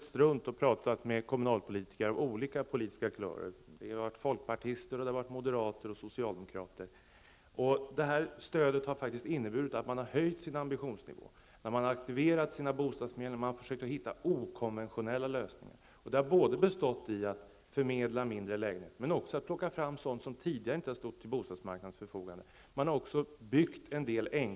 Fru talman! Jag har själv rest runt och talat med kommunalpolitiker av olika politiska kulörer. Det har varit folkpartister, moderater och socialdemokrater. Det här stödet har faktiskt inneburit att de har höjt ambitionsnivån. De har aktiverat sina bostadsförmedlingar, och de har försökt hitta okonventionella lösningar. Dessa har bestått i att förmedla mindre lägenheter men även att plocka fram sådant som tidigare inte har stått till bostadsmarknadens förfogande. Även en del enkla lösningar har gjorts.